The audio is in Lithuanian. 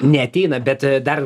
neateina bet dar